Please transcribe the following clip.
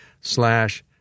slash